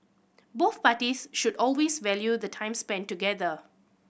both parties should always value the time spent together